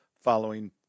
following